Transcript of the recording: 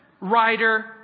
writer